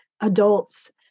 adults